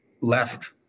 left